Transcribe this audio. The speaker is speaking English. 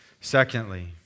Secondly